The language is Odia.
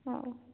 ହେଉ